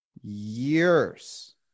years